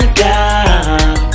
god